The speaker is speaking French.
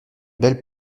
belle